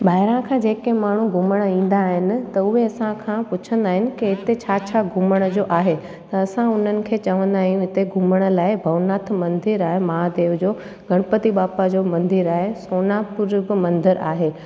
ॿाहिरा खां जेके माण्हू घुमण ईंदा आहिनि त उहे असां खां पुछंदा आहिनि की हिते छा छा घुमण जो आहे त असां उन्हनि खे चवंदा आहियूं हिते घुमण लाइ भवनाथ मंदिर आहे महादेव जो गणपति बप्पा जो मंदिर आहे सोमनाथ पुर जेको मंदिर आहे